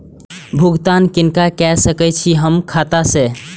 भुगतान किनका के सकै छी हम खाता से?